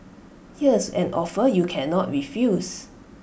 here's an offer you cannot refuse